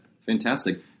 fantastic